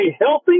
healthy